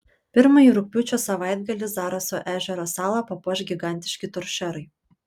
pirmąjį rugpjūčio savaitgalį zaraso ežero salą papuoš gigantiški toršerai